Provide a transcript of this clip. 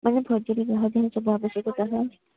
ମାନେ ଭୋଜିରେ ଯାହାଯାହା ସବୁ ଆବଶ୍ୟକତା